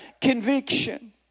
conviction